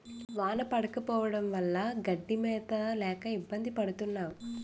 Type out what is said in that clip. వాన పడకపోవడం వల్ల గడ్డి మేత లేక ఇబ్బంది పడతన్నావు